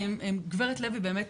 גב' לוי באמת